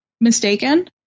mistaken